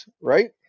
right